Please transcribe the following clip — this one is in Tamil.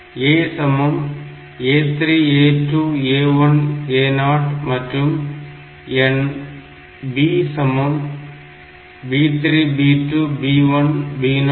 A A3 A2 A1 A0 மற்றும் எண் B B3 B2 B1 B0